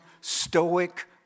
stoic